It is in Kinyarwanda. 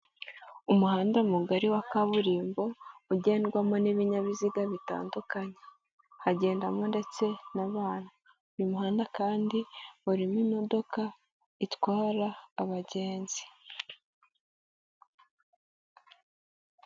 Umuhanda mugari wa kaburimbo ugendwamo n'ibinyabiziga bitandukanye hagendamo ndetse n'abantu. Uyu muhanda kandi urimo imodoka itwara abagenzi.